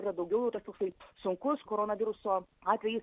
yra daugiau tokių kaip sunkus koronaviruso atvejis